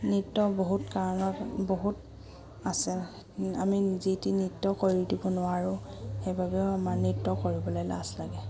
নৃত্য বহুত কাৰণত বহুত আছে আমি যি টি নৃত্য কৰি দিব নোৱাৰোঁ সেইবাবেও আমাৰ নৃত্য কৰিবলৈ লাজ লাগে